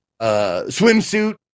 swimsuit